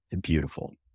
beautiful